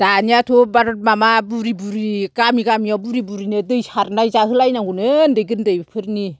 दानियाथ' माबा बुरि बुरि गामि गामियाव बुरि बुरिनो दै सारनाय जाहोलायनांगौनो उन्दै गोरलैफोरनि